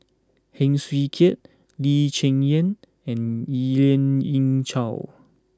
Heng Swee Keat Lee Cheng Yan and Lien Ying Chow